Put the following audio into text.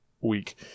week